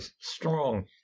strong